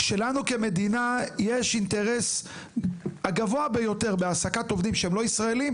שלנו כמדינה יש האינטרס הגבוה ביותר בהעסקת עובדים שהם לא ישראלים,